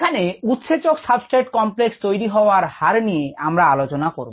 এখানে উৎসেচক substrate complex তৈরি হওয়ার হার নিয়ে আমরা আলোচনা করব